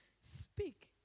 speak